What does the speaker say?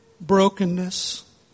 brokenness